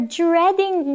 dreading